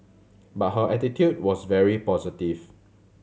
but her attitude was very positive